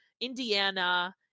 Indiana